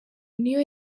n’iyo